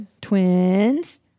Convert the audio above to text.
Twins